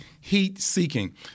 heat-seeking